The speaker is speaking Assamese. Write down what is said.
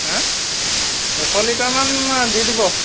হা এশ লিটাৰমান দি দিব